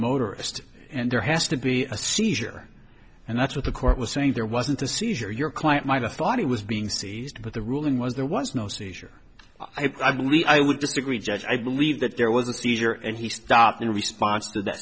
motorist and there has to be a seizure and that's what the court was saying there wasn't a seizure your client might have thought he was being seized but the ruling was there was no seizure i believe i would disagree judge i believe that there was a seizure and he stopped in response to th